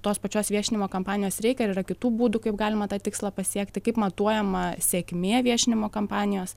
tos pačios viešinimo kampanijos reikia ir ar yra kitų būdų kaip galima tą tikslą pasiekti kaip matuojama sėkmė viešinimo kampanijos